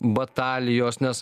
batalijos nes